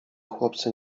chłopcy